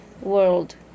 world